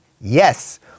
Yes